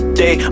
day